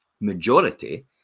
Majority